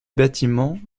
bâtiments